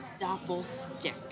Doppelstick